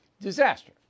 Disaster